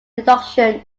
deduction